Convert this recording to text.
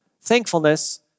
thankfulness